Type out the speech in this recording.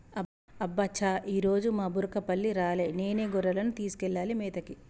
అబ్బ చా ఈరోజు మా బుర్రకపల్లి రాలే నేనే గొర్రెలను తీసుకెళ్లాలి మేతకి